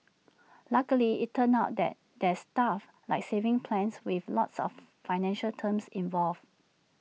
luckily IT turns out that there's stuff like savings plans with lots of financial terms involved